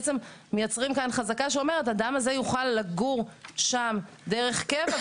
בעצם מייצרים כאן חזקה שאומרת: האדם הזה יוכל לגור שם דרך קבע,